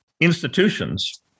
institutions